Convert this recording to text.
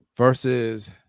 Versus